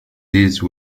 these